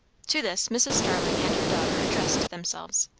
to this mrs. starling and her daughter addressed themselves.